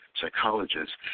psychologists